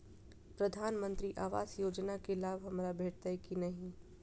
प्रधानमंत्री आवास योजना केँ लाभ हमरा भेटतय की नहि?